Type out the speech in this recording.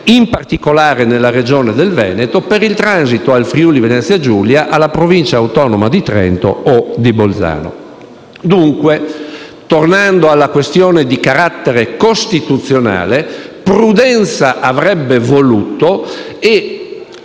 in particolare nella Regione Veneto, per il transito al Friuli-Venezia Giulia e alle Province autonome di Trento o di Bolzano. Dunque, tornando alla questione di carattere costituzionale, prudenza e attenzione